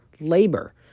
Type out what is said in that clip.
labor